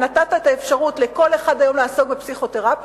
ונתת את האפשרות לכל אחד היום לעסוק בפסיכותרפיה,